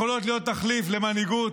יכולות להיות תחליף למנהיגות,